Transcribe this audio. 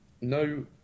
No